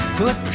put